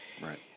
Right